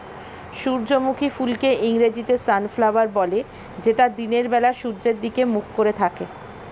সূর্যমুখী ফুলকে ইংরেজিতে সানফ্লাওয়ার বলে যেটা দিনের বেলা সূর্যের দিকে মুখ করে থাকে